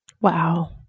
Wow